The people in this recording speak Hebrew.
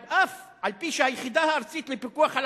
אף-על-פי שהיחידה הארצית לפיקוח על